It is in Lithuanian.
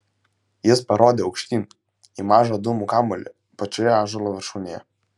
jis parodė aukštyn į mažą dūmų kamuolį pačioje ąžuolo viršūnėje